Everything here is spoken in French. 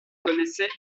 connaissaient